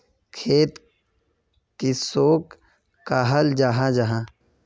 खेत किसोक कहाल जाहा जाहा?